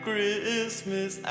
Christmas